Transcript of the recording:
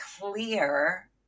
clear